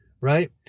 right